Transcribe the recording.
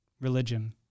religion